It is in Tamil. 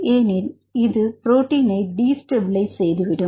ஏனெனில் இது புரோட்டீனை டிஸ்டெபிலைஸ் செய்துவிடும்